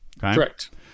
Correct